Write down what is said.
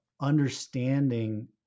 understanding